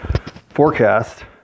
forecast